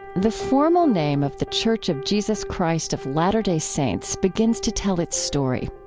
the formal name of the church of jesus christ of latter-day saints begins to tell its story.